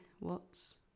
watts